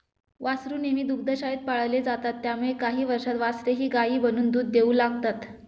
वासरू नेहमी दुग्धशाळेत पाळले जातात त्यामुळे काही वर्षांत वासरेही गायी बनून दूध देऊ लागतात